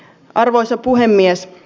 arvoisa puhemies